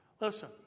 Listen